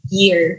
year